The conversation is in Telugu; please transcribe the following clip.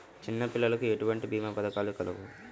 చిన్నపిల్లలకు ఎటువంటి భీమా పథకాలు కలవు?